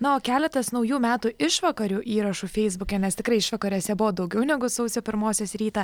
na o keletas naujų metų išvakarių įrašų feisbuke nes tikrai išvakarėse buvo daugiau negu sausio pirmosios rytą